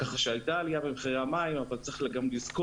הייתה עלייה במחירי המים אבל צריך לזכור